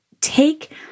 take